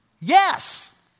Yes